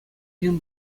ҫын